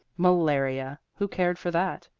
malaria who cared for that?